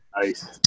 Nice